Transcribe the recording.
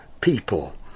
people